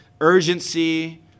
urgency